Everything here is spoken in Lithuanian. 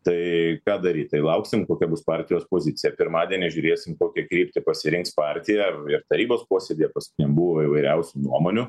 tai ką daryt tai lauksim kokia bus partijos pozicija pirmadienį žiūrėsim kokią kryptį pasirinks partija ir tarybos posėdyje paskutiniam buvo įvairiausių nuomonių